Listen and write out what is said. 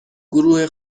گروه